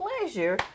pleasure